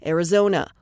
Arizona